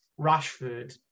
Rashford